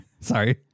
Sorry